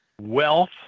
wealth